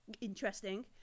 interesting